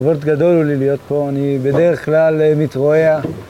כבוד גדול הוא לי להיות פה, אני בדרך כלל מתרועע